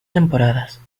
temporadas